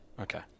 Okay